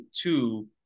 two